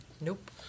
Nope